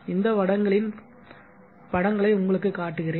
இந்த வடங்களின் படங்களை உங்களுக்குக் காட்டுகிறேன்